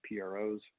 PROs